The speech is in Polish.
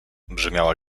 brzmiała